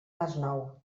masnou